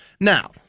Now